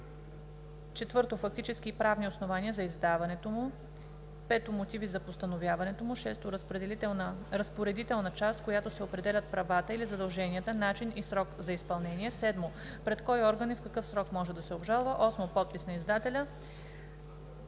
акта; 4. фактически и правни основания за издаването му; 5. мотиви за постановяването му; 6. разпоредителна част, с която се определят правата или задълженията, начин и срок за изпълнение; 7. пред кой орган и в какъв срок може да се обжалва; 8. подпис на издателя.“